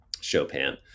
Chopin